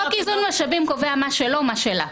חוק איזון משאבים קובע מה שלו, מה שלה.